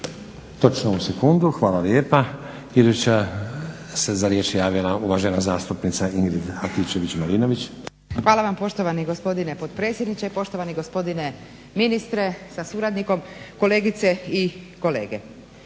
Točno u sekundu, hvala lijepa. Iduća se za riječ javila uvažena zastupnica Ingrid Antičević-Marinović. **Antičević Marinović, Ingrid (SDP)** Hvala vam poštovani gospodine potpredsjedniče, poštovani gospodine ministre sa suradnikom, kolegice i kolege.